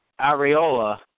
Ariola